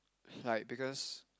like because